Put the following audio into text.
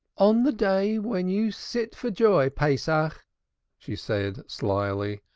on the day when you sit for joy, pesach, she said slily.